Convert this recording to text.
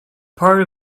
part